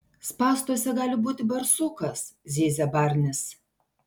spąstuose gali būti barsukas zyzia barnis